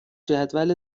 جدول